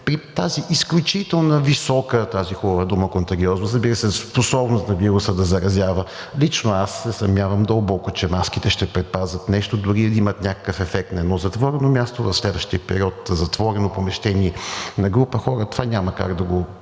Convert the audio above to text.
при тази изключително висока, тази хубава дума контагиозност, разбира се, способност на вируса да заразява. Лично аз се съмнявам дълбоко, че маските ще предпазят нещо. Дори и да имат някакъв ефект, в едно затворено място, в затворено помещение на група хора, това няма как да